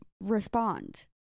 respond